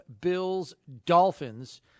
Bills-Dolphins